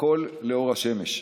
הכול לאור השמש,